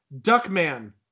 Duckman